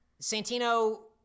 Santino